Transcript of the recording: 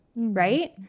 right